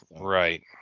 Right